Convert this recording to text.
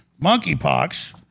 monkeypox